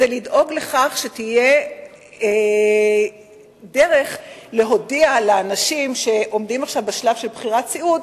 לדאוג לכך שתהיה דרך להודיע לאנשים שעומדים בשלב של בחירת סיעוד